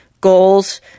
goals